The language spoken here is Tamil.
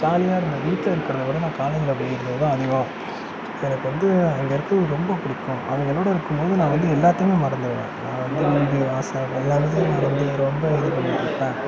ஜாலியாகருந்தேன் வீட்டிலருக்கறதோட நான் காலேஜில் போய் இருந்தது தான் அதிகம் எனக்கு வந்து அங்கே இருக்கிறவங்க ரொம்ப பிடிக்கும் அவங்களோடு இருக்கும்போது நான் வந்து எல்லாத்தையுமே மறந்துடுவேன் நான் வந்து வீடு வாசல் எல்லாத்தையுமே மறந்து ரொம்ப இது பண்ணிட்டிருப்பேன்